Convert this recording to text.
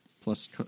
Plus